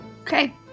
Okay